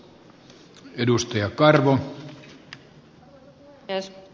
arvoisa puhemies